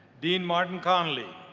dean martin conley,